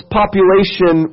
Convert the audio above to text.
population